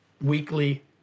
weekly